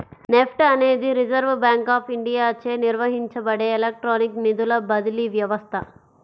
NEFT అనేది reserve bank of ఇండియాచే నిర్వహించబడే ఎలక్ట్రానిక్ నిధుల బదిలీ వ్యవస్థ